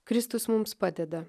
kristus mums padeda